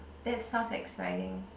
that sounds exciting